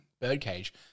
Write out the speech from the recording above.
Birdcage